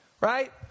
right